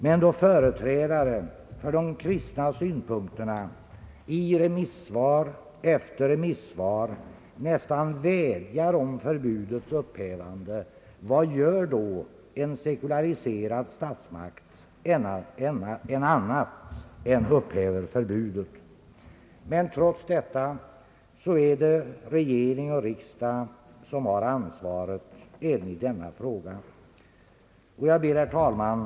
Men då företrädare för de kristna synpunkterna i remissvar efter remissvar nästan vädjar om förbudets upphävande, vad gör då en sekulariserad statsmakt annat än upphäver förbudet? Trots detta är det regering och riksdag som har ansvaret även i denna fråga. Herr talman!